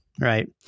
right